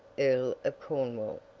earl of cornwall,